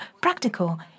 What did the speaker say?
practical